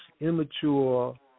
immature